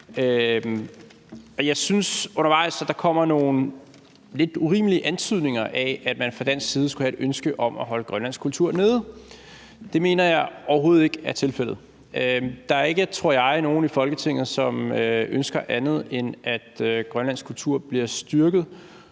at der undervejs kom nogle lidt urimelige antydninger af, at man fra dansk side skulle have et ønske om at holde grønlandsk kultur nede. Det mener jeg overhovedet ikke er tilfældet. Der er ikke, tror jeg, nogen i Folketinget, som ønsker andet, end at grønlandsk kultur bliver styrket